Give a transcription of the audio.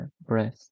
breath